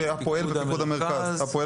הפועל בפיקוד המרכז.